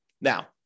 Now